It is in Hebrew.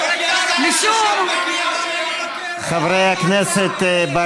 משום, חברי הכנסת.